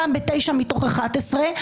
פעם בתשע מתוך אחת עשרה,